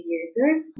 users